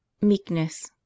meekness